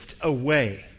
away